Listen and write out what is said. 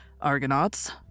argonauts